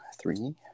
three